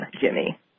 Jimmy